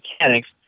mechanics